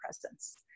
presence